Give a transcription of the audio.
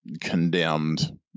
condemned